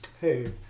hey